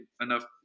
enough